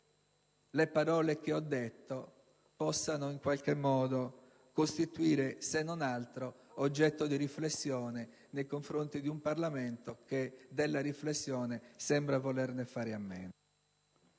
le parole che ho detto possano, in qualche modo, costituire se non altro oggetto di riflessione, nei confronti di un Parlamento che della riflessione sembra volerne fare a meno.